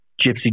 gypsy